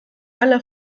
aller